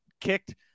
kicked